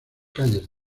calles